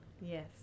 Yes